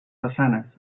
façanes